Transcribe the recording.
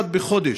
אחד לחודש.